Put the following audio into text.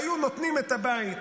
היו נותנים את הבית